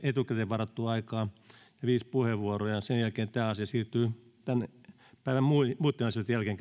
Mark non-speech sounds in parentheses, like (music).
etukäteen varattuun aikaan ja on viisi puheenvuoroa ja sen jälkeen tämä asia siirtyy käsittelyyn päivän muitten asioitten jälkeen (unintelligible)